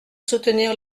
soutenir